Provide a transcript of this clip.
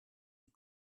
die